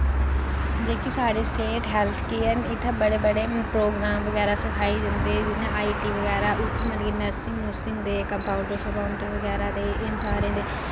जेह्के साढ़े state health care न इत्थैं बड़े बड़े प्रोग्राम बगैरा सखाई जन्दे जि'यां आई टी बगैरा उत्थै मतलब कि नर्सिंग नूरसिंग दे कम्पाउण्डर शम्पाउण्डर बगैरा दे इन सारें दे